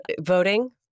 voting